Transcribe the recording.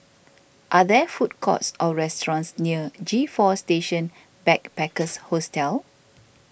are there food courts or restaurants near G four Station Backpackers Hostel